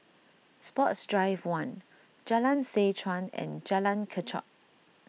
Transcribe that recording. Sports Drive one Jalan Seh Chuan and Jalan Kechot